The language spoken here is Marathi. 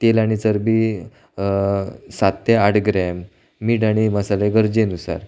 तेल आणि चरबी सात ते आठ ग्रॅम मीठ आणि मसाले गरजेनुसार